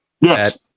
Yes